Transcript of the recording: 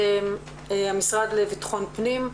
המשרד לביטחון פנים,